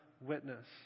witness